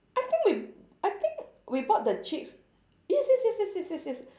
I think we I think we bought the chicks yes yes yes yes yes yes yes